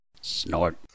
Snort